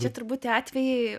čia turbūt tie atvejai